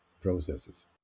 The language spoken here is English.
processes